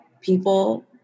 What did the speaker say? people